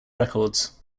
records